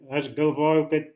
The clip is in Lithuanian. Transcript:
aš galvoju kad